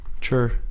Sure